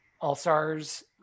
All-Stars